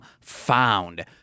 Found